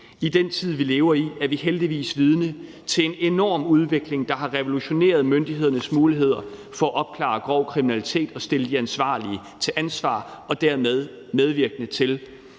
I den tid, vi lever i, er vi heldigvis vidne til en enorm udvikling, der har revolutioneret myndighedernes muligheder for at opklare grov kriminalitet, stille de ansvarlige til ansvar og dermed medvirke til